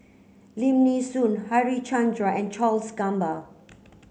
Lim Nee Soon Harichandra and Charles Gamba